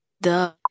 Duh